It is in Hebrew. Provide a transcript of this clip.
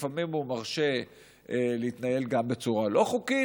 לפעמים הוא מרשה להתנהל גם בצורה לא חוקית,